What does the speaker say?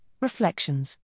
Reflections